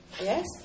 Yes